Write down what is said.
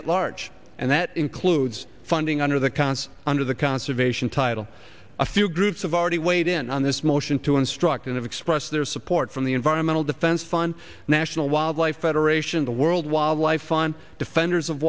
at large and that includes funding under the council under the conservation title a few groups of already weighed in on this motion to instruct and express their support from the environmental defense fund national wildlife federation the world wildlife fund defenders of